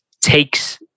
takes